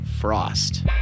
frost